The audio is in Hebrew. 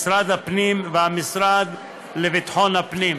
משרד הפנים והמשרד לביטחון הפנים.